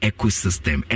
Ecosystem